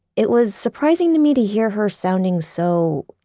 it was surprising to me to hear her sounding so,